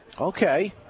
Okay